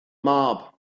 mab